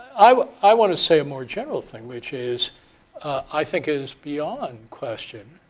i i want to say a more general thing, which is i think is beyond question.